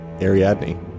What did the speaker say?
Ariadne